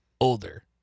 Older